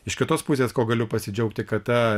iš kitos pusės kuo galiu pasidžiaugti kad ta